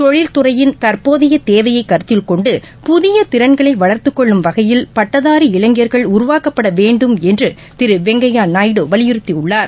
தொழில் துறையின் தற்போதைய தேவையைக் கருத்தில் கொண்டு புதிய திறன்களை வளர்த்துக் கொள்ளும் வகையில் பட்டதாரி இளைஞர்கள் உருவாக்கப்பட வெங்கப்யா வலியுறுத்தியுள்ளார்